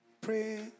Pray